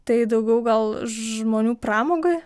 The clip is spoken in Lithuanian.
tai daugiau gal žmonių pramogai